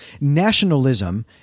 nationalism